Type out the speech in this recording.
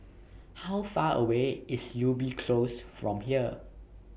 How Far away IS Ubi Close from here